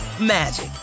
magic